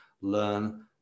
learn